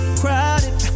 crowded